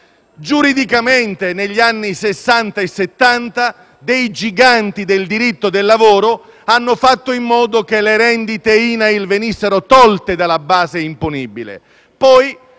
Giuridicamente, negli anni Sessanta e Settanta, dei giganti del diritto del lavoro hanno fatto in modo che le rendite INAIL venissero tolte dalla base imponibile;